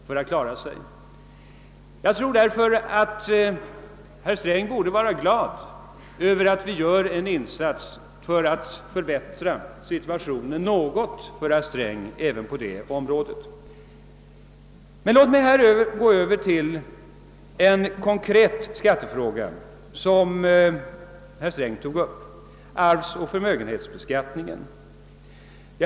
Jag tycker därför att herr Sträng borde vara glad över att vi gör en insats för att förbättra situationen för herr Sträng även på det området. Men låt mig gå över till en konkret skattefråga som herr Sträng tog upp, nämligen arvsoch förmögenhetsbeskattningen.